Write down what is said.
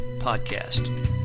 podcast